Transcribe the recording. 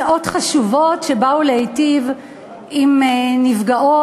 הצעות חשובות שבאו להיטיב עם נפגעי,